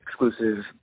exclusive